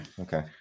Okay